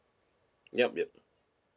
yup yup